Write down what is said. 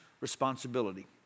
responsibility